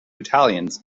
battalions